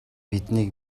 биднийг